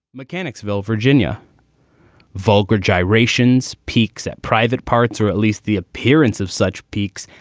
mechanicsville, virginia vulgar gyrations peeks at private parts, or at least the appearance of such peaks.